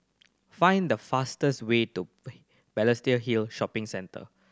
find the fastest way to Balestier Hill Shopping Centre